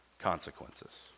consequences